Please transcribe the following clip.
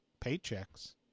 paychecks